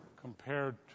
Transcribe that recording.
compared